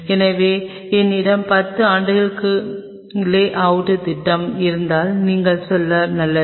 எனவே உங்களிடம் 10 ஆண்டுகளாக லே அவுட் திட்டம் இருந்தால் நீங்கள் செல்ல நல்லது